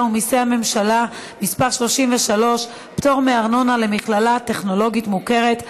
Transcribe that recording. ומיסי הממשלה (מס' 33) (פטור מארנונה למכללה טכנולוגית מוכרת),